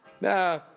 Nah